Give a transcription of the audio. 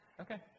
okay